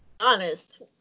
honest